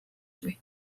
үгүй